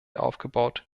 aufgebaut